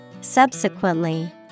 Subsequently